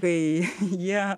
kai jie